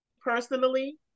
Personally